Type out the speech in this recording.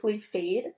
fade